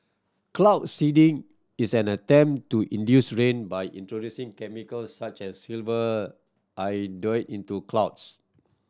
cloud seeding is an attempt to induce rain by introducing chemicals such as silver iodide into clouds